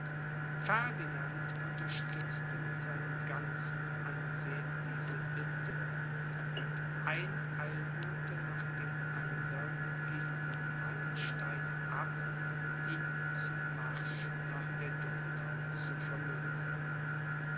ferdinand unterstützte mit seinem ganzen ansehen diese bitte und ein eilbote nach dem andern ging an wallenstein ab ihn zum marsch nach der donau zu